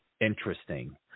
interesting